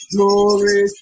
Glory